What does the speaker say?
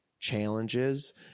challenges